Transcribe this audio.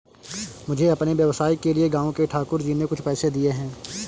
मुझे अपने व्यवसाय के लिए गांव के ठाकुर जी ने कुछ पैसे दिए हैं